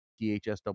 DHSW